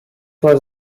was